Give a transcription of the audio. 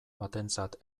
batentzat